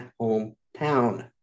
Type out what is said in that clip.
hometown